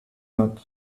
not